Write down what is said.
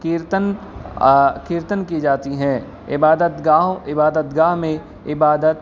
کیرتن کیرتن کی جاتی ہیں عبادت گاہوں عبادت گاہ میں عبادت